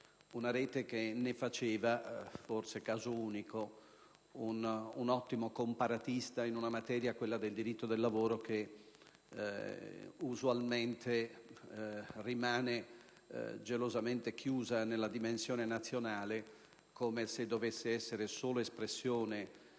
una rete che ne faceva, forse caso unico, un ottimo comparatista in una materia, quella del diritto del lavoro, che usualmente rimane gelosamente chiusa nella dimensione nazionale, come se dovesse essere solo espressione